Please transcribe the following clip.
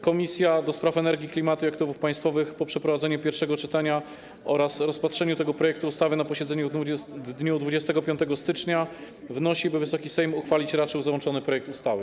Komisja do Spraw Energii, Klimatu i Aktywów Państwowych po przeprowadzeniu pierwszego czytania oraz rozpatrzeniu tego projektu ustawy na posiedzeniu w dniu 25 stycznia wnosi, by Wysoki Sejm uchwalić raczył załączony projekt ustawy.